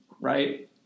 right